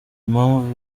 impamvu